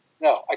No